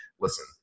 listen